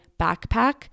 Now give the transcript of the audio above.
backpack